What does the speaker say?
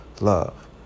Love